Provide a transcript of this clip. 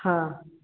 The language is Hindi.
हाँ